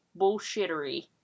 bullshittery